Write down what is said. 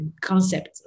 concept